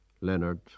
Leonard